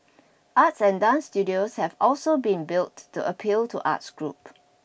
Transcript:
arts and dance studios have also been built to appeal to arts groups